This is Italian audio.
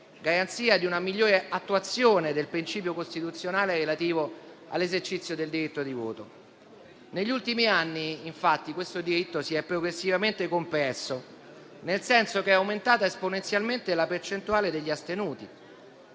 garanzia di una migliore attuazione del principio costituzionale relativo all'esercizio del diritto di voto. Negli ultimi anni, infatti, questo diritto si è progressivamente compresso, nel senso che è aumentata esponenzialmente la percentuale degli astenuti.